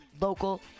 local